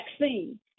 vaccine